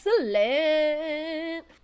Excellent